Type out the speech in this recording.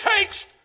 takes